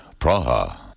Praha